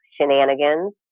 shenanigans